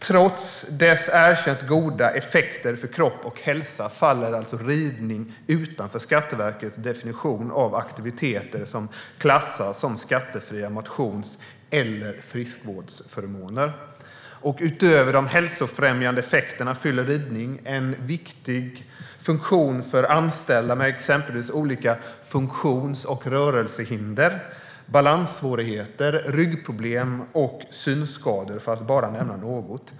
Trots ridningens erkänt goda effekter för kropp och hälsa faller den alltså utanför Skatteverkets definition av aktiviteter som klassas som skattefria motions eller friskvårdsförmåner. Utöver de hälsofrämjande effekterna fyller ridning en viktig funktion för anställda med exempelvis olika funktions och rörelsehinder, balanssvårigheter, ryggproblem och synskador, för att bara nämna några.